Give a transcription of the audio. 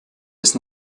ist